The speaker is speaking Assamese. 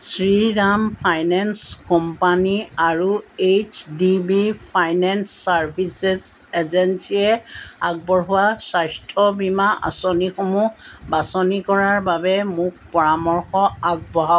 শ্ৰীৰাম ফাইনেন্স কোম্পানী আৰু H D B finance services এজেঞ্চিয়ে আগবঢ়োৱা স্বাস্থ্য বীমা আঁচনিসমূহ বাছনি কৰাৰ বাবে মোক পৰামৰ্শ আগবঢ়াওক